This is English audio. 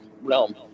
realm